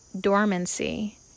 dormancy